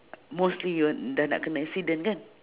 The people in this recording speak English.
mostly you were dah nak kena accident kan